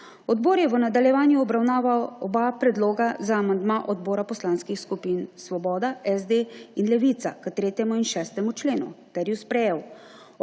Odbor je v nadaljevanju obravnaval oba predloga za amandma odbora poslanskih skupin Svoboda, SD in Levica k 3. in 6. členu ter ju sprejel.